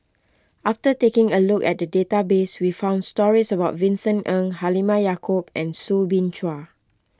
after taking a look at the database we found stories about Vincent Ng Halimah Yacob and Soo Bin Chua